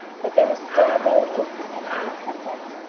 that there was still a road open to him for repentance,